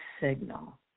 signal